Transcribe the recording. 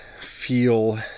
feel